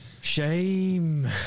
Shame